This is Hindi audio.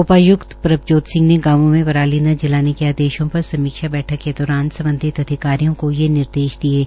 उपाय्क्त प्रभजोत सिंह ने गांवों में पराली न जलाने के आदेशों पर समीक्षा बैठक के दौरान संबंधित अधिकारियों को दिये है